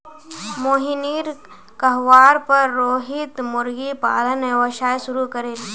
मोहिनीर कहवार पर रोहित मुर्गी पालन व्यवसाय शुरू करील